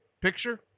picture